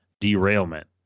derailment